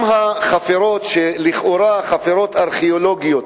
גם החפירות, לכאורה חפירות ארכיאולוגיות,